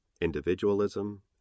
individualism